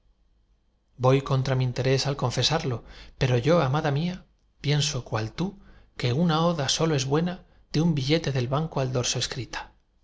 voy contra mi interés al confesarlo pero yo amada mía pienso cual tú que una oda sólo es buena de un billete del banco al dorso escrita